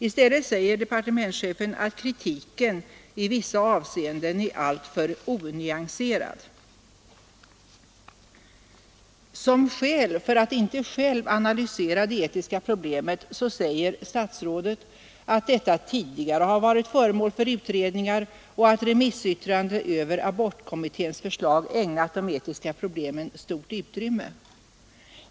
I stället säger departementschefen att kritiken i vissa avseenden är alltför onyanserad. Som skäl för att inte själv analysera de etiska problemen anger statsrådet att dessa tidigare varit föremål för utredningar och att remissyttrandena över abortkommitténs förslag ägnat de etiska problemen stort utrymme.